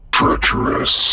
treacherous